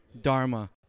dharma